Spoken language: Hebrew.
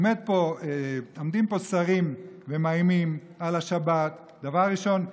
עומדים פה שרים ומאיימים על השבת דבר ראשון.